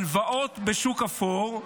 הלוואות בשוק האפור,